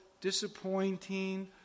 disappointing